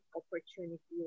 opportunity